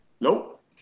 Nope